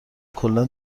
کلا